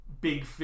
big